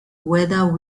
whether